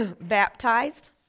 baptized